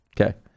Okay